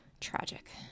tragic